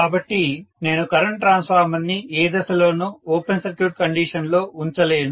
కాబట్టి నేను current transformer ని ఏ దశలోనూ ఓపెన్ సర్క్యూట్ కండిషన్ లో ఉంచలేను